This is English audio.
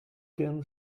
can